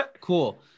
Cool